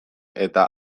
eta